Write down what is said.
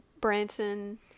Branson